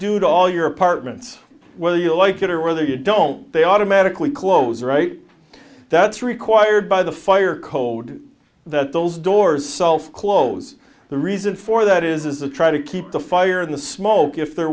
do to all your apartments whether you like it or whether you don't they automatically close right that's required by the fire code that those doors self close the reason for that is the try to keep the fire in the small gif there